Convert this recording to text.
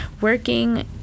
working